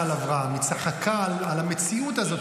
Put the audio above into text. על אברהם"; היא צחקה על המציאות הזאת,